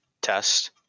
test